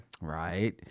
Right